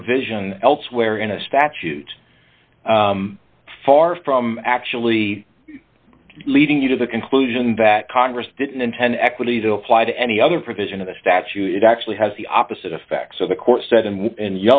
provision elsewhere in a statute far from actually leading you to the conclusion that congress didn't intend equity to apply to any other provisions of the statute it actually has the opposite effect so the court s